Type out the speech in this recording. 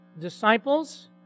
disciples